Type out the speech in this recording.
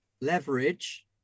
leverage